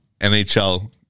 NHL